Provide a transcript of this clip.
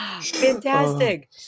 Fantastic